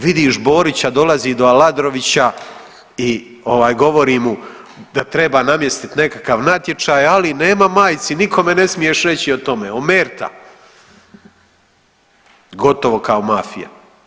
Vidiš Borića dolazi do Aladrovića i govori mu da treba namjestiti nekakav natječaj, ali nema majci nikome ne smiješ reći o tome, omerta, gotovo kao mafija.